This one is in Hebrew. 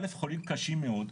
א' חולים קשים מאוד,